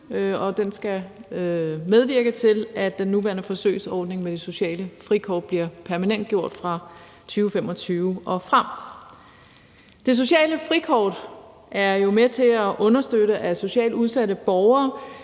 den skal medvirke til, at den nuværende forsøgsordning med det sociale frikort bliver permanentgjort fra 2025 og frem. Det sociale frikort er jo med til at understøtte socialt udsatte borgeres